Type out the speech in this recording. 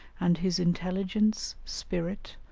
and his intelligence, spirit,